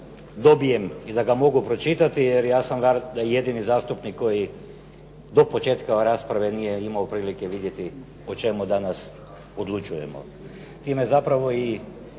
dobijem i da ga mogu pročitati, jer sam ga valjda jedini zastupnik koji do početka rasprave nije imao prilike vidjeti o čemu danas odlučujemo. Time zapravo i